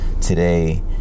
Today